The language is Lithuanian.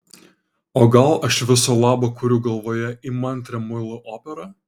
o gal aš viso labo kuriu galvoje įmantrią muilo operą